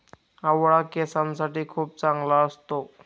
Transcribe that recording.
आवळा केसांसाठी खूप चांगला असतो